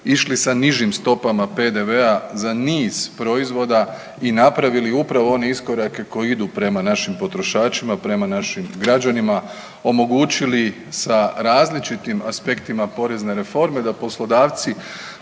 išli sa nižim stopama PDV-a za niz proizvoda i napravili upravo one iskorake koji idu prema našim potrošačima, prema našim građanima, omogućili sa različitim aspektima porezne reforme da poslodavci